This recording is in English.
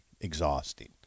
exhausting